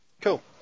Cool